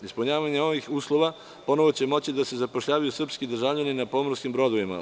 Ispunjavanjem ovih uslova ponovo će moći da se zapošljavaju srpski državljani na pomorskim brodovima.